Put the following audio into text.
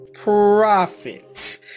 profit